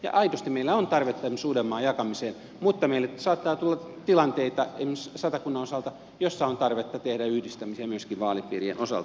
ja aidosti meillä on tarvetta esimerkiksi uudenmaan jakamiseen mutta meille saattaa tulla esimerkiksi satakunnan osalta tilanteita joissa on tarvetta tehdä yhdistämisiä myöskin vaalipiirien osalta